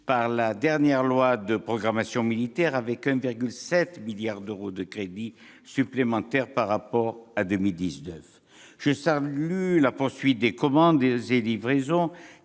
par la dernière loi de programmation militaire, avec 1,7 milliard d'euros de crédits supplémentaires par rapport à 2019. Je salue la poursuite des commandes et livraisons